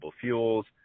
fuels